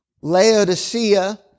Laodicea